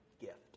gift